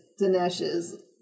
Dinesh's